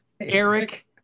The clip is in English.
Eric